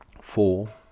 Four